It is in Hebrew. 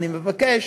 אני מבקש,